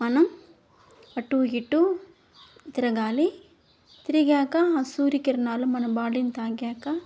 మనం అటూ ఇటూ తిరగాలి తిరిగాక ఆ సూర్యకిరణాలు మన బాడీని తాకాక